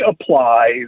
applies